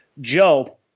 Joe